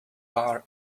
bar